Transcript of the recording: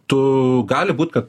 tu gali būt kad